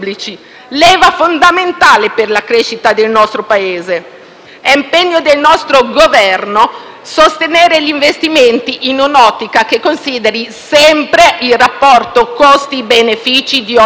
È impegno del nostro Governo sostenere gli investimenti in un'ottica che consideri sempre il rapporto costi-benefici di ogni progetto, con opere innovative e sostenibili.